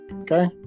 okay